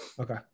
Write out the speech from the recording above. Okay